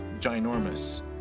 ginormous